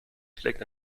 schlägt